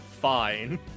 fine